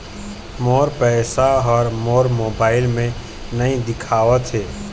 मोर पैसा ह मोर मोबाइल में नाई दिखावथे